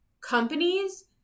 companies